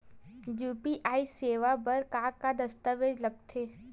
UPI सेवा बर का का दस्तावेज लगथे?